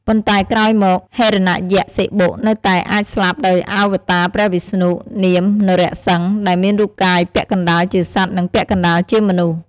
ប៉ុន្តែក្រោយមក ហិរណយក្សសិបុនៅតែអាចស្លាប់ដោយអវតារព្រះវិស្ណុ នាម នរសិង្ហ ដែលមានរូបកាយពាក់កណ្តាលជាសត្វ និងពាក់កណ្តាលជាមនុស្ស។